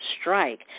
strike